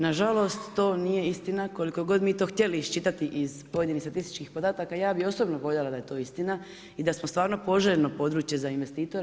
Na žalost to nije istina koliko god mi to htjeli iščitati iz pojedinih statističkih podataka ja bih osobno voljela da je to istina i da smo stvarno poželjno područje za investitora.